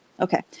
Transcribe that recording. Okay